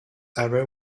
error